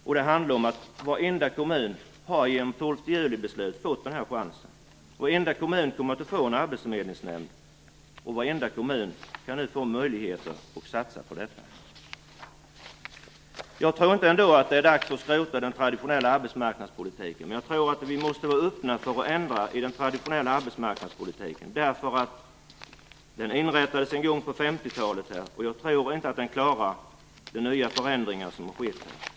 Vad det handlar om är att varenda kommun genom 12 juli-beslutet har fått den här chansen. Varenda kommun kommer att få en arbetsförmedlingsnämnd, och varenda kommun kan nu få möjligheter att satsa på detta. Jag tror ändå inte att det är dags att skrota den traditionella arbetsmarknadspolitiken, men vi måste vara öppna för förändringar i den. Den inrättades en gång på 1950-talet, och jag tror inte att den klarar de nya förändringar som har skett.